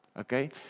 Okay